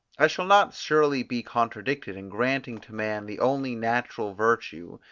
i shall not surely be contradicted, in granting to man the only natural virtue,